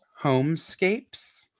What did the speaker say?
homescapes